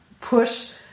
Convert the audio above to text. push